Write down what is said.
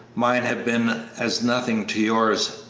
mine have been as nothing to yours,